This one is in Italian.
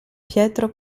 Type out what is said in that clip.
pietro